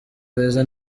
beza